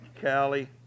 Callie